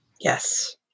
Yes